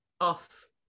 Off